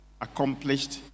accomplished